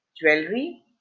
jewelry